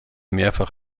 mehrfach